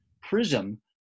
prism